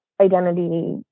identity